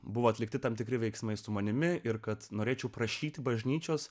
buvo atlikti tam tikri veiksmai su manimi ir kad norėčiau prašyti bažnyčios